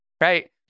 right